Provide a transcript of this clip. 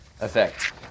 Effect